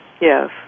Yes